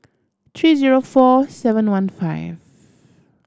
three zero four seven one five